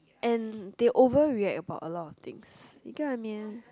and they overreact about a lot of things you get what I mean